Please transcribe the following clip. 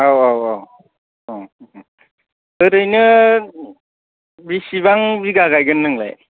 औ औ औ औ ओरैनो बिसिबां बिघा गायगोन नोंलाय